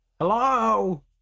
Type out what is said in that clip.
Hello